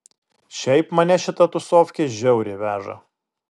šiaip mane šita tūsofkė žiauriai veža